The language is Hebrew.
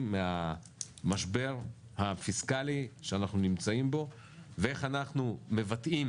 מהמשבר הפיסקאלי שאנחנו נמצאים בו ואיך אנחנו מבטאים